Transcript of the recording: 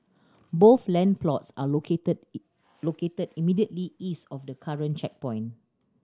both land plots are located located immediately east of the current checkpoint